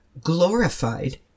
glorified